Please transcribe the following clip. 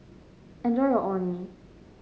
enjoy your Orh Nee